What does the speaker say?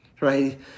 right